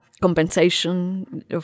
compensation